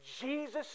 Jesus